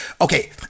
Okay